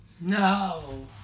No